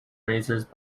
razors